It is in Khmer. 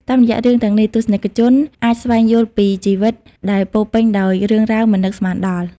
តាមរយៈរឿងទាំងនេះ ទស្សនិកជនអាចស្វែងយល់ពីជីវិតដែលពោរពេញដោយរឿងរ៉ាវមិននឹកស្មានដល់។